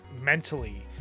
mentally